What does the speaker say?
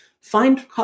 Find